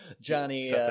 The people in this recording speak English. Johnny